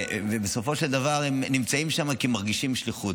בסופו של דבר הם נמצאים שם כי הם מרגישים שליחות.